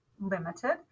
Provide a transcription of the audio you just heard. limited